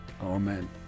Amen